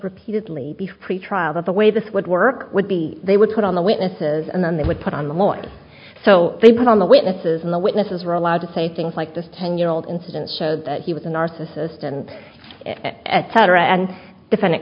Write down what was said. repeatedly be free trial that the way this would work would be they would put on the witnesses and then they would put on the lawyers so they put on the witnesses and the witnesses are allowed to say things like this ten year old incident showed that he was a narcissist and etc and defend it